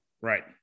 Right